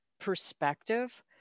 perspective